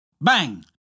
Bang